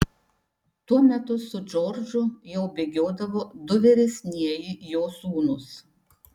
tuo metu su džordžu jau bėgiodavo du vyresnieji jo sūnūs